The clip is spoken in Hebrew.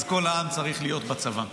אז כל העם צריך להיות בצבא.